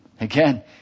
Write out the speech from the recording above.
again